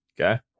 Okay